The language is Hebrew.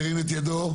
ירים את ידו.